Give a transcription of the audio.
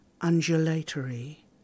undulatory